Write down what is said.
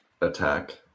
attack